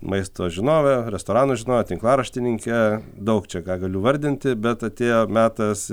maisto žinove restoranų žinove tinklaraštininke daug čia ką galiu vardinti bet atėjo metas